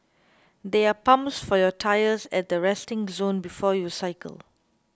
there are pumps for your tyres at the resting zone before you cycle